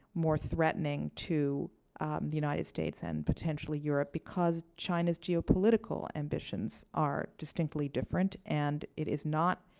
more threatening to the united states and potentially europe. because china's geopolitical ambitions are distinctly different. and it is not